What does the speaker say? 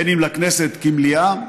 בין אם לכנסת כמליאה.